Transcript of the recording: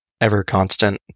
ever-constant